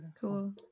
Cool